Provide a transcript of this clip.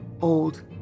old